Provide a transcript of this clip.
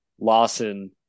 Lawson